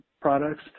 products